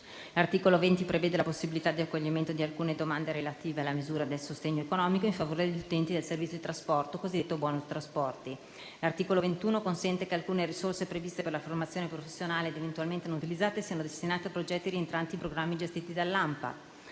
L'articolo 20 prevede la possibilità di accoglimento di alcune domande relative alla misura di sostegno economico in favore degli utenti dei servizi di trasporto cosiddetto *bonus* trasporti). L'articolo 21 consente che alcune risorse previste per la formazione professionale ed eventualmente non utilizzate siano destinate a progetti rientranti in programmi gestiti dall'ANPAL.